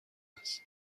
است